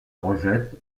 rejette